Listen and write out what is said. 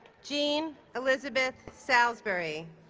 jean elizabeth salisbury